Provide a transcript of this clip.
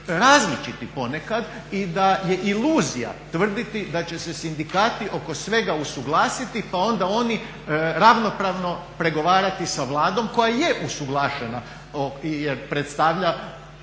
različiti ponekad i da je iluzija tvrditi da će se sindikati oko svega usuglasiti pa onda oni ravnopravno pregovarati sa Vladom koja je usuglašena jer predstavlja